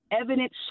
evidence